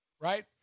right